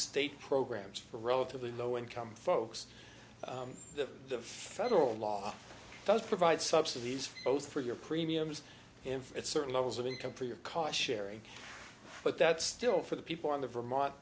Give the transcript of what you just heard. state programs for relatively low income folks the federal law does provide subsidies both for your premiums and for at certain levels of income for your car sharing but that's still for the people on the vermont